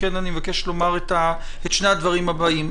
אני מבקש לומר את שני הדברים הבאים: